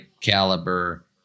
caliber